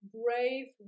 brave